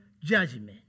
judgment